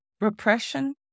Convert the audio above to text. repression